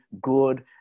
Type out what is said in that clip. good